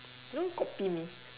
don't copy me